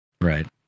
Right